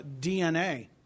DNA